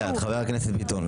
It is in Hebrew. חבר הכנסת ביטון,